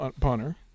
punter